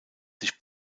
sich